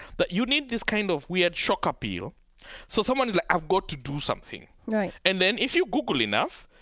but you need this kind of weird shock appeal so someone is like, i've got to do something right and then if you google enough,